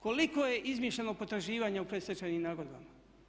Koliko je izmišljeno potraživanja u predstečajnim nagodbama?